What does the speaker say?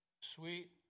sweet